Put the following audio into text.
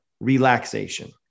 relaxation